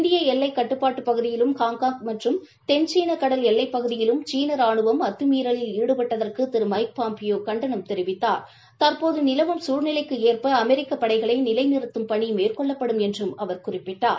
இந்திய எல்லை கட்டுப்பாட்டு பகுதியிலும் ஹாங்காங் மற்றும் தென் சீன கடல் எல்லைப்பகுதியிலும் சீன ராணுவம் அத்துமீறலில் ஈடுபட்டதற்கு திரு மைக் பாம்பியோ கண்டனம் தெரிவித்தாா் தற்போது நிலவும் சூழ்நிலைக்கு ஏற்ப அமெரிக்க படைகளை நிலை நிறுத்தும் பணி மேற்கொள்ளப்படும் என்றும் அவர் குறிப்பிட்டார்